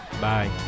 Bye